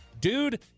dude